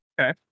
Okay